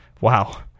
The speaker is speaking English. wow